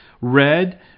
Red